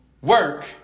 work